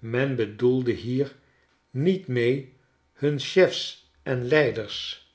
men bedoelde hier niet mee hun chefs en leiders